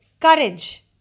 courage